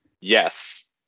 Yes